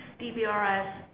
DBRS